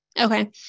Okay